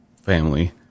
family